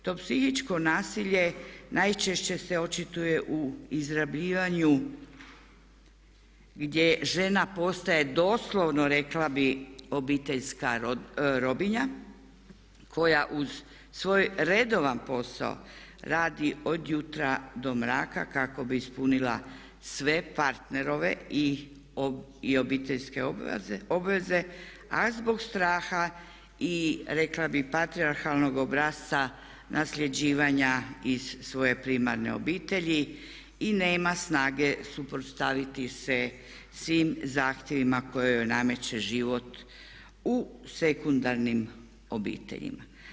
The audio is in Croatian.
To psihičko nasilje najčešće se očituje u izrabljivanju gdje žena postaje doslovno rekla bih obiteljska robinja koja uz svoj redovan posao radi od jutra do mraka kako bi ispunila sve partnerove i obiteljske obveze, a zbog straha i rekla bih patrijarhalnog obrasca nasljeđivanja iz svoje primarne obitelji i nema snage suprotstaviti se svima zahtjevima koje joj nameće život u sekundarnim obiteljima.